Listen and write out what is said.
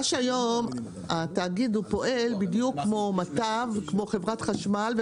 מה שהיום התאגיד הוא פועל בדיוק כמו מט"ב כמו חברת חשמל,